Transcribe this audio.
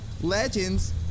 legends